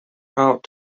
part